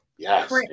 Yes